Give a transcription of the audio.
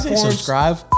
subscribe